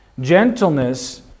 Gentleness